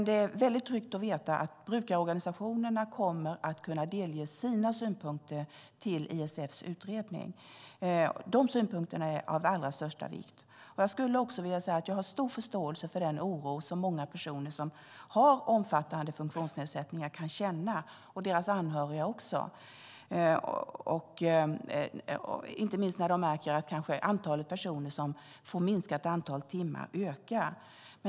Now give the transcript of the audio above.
Det är väldigt tryggt att veta att brukarorganisationerna kommer att kunna delge sina synpunkter till ISF:s utredning. De synpunkterna är av allra största vikt. Jag har stor förståelse för den oro som många personer som har omfattande funktionsnedsättningar kan känna och också deras anhöriga. Det gäller inte minst när de märker att antalet personer som får minskat antal timmar ökar.